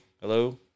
Hello